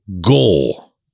goal